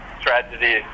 tragedy